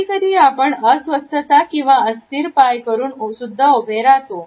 कधी कधी आपण अस्वस्थता किंवा अस्थिर पाय करून सुद्धा उभे राहतो